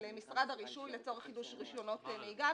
על משרד הרישוי לצורך חידוש רישיונות נהיגה,